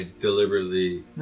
deliberately